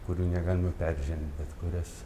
kurių negalima peržengti bet kurias